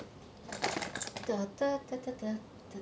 the the the the the